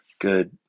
good